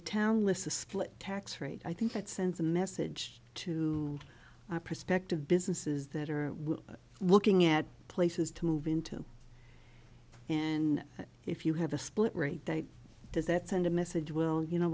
the town lissa split tax rate i think that sends a message to prospective businesses that are looking at places to move into and if you have a split rate that does that send a message will you know